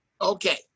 Okay